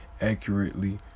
accurately